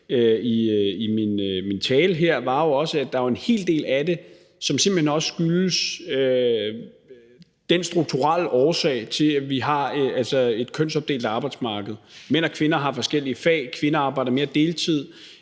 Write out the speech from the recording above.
i min tale her, var, at der jo er en hel del af det, som simpelt hen også skyldes den strukturelle årsag til, at vi har et kønsopdelt arbejdsmarked. Mænd og kvinder har forskellige fag, kvinder arbejder mere deltid,